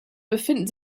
befinden